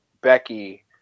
Becky